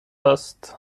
است